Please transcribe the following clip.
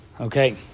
Okay